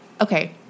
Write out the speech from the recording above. okay